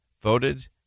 voted